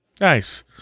Nice